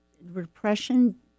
repression